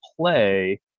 play